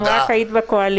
אם רק היית בקואליציה.